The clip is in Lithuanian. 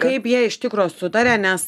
kaip jie iš tikro sutaria nes